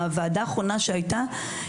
הוועדה האחרונה שהייתה,